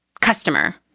customer